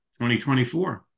2024